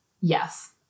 Yes